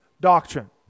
doctrine